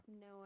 No